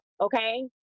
okay